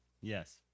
Yes